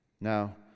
Now